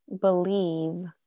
believe